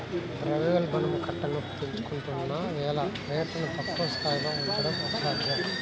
ద్రవ్యోల్బణం కట్టలు తెంచుకుంటున్న వేళ రేట్లను తక్కువ స్థాయిలో ఉంచడం అసాధ్యం